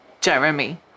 Jeremy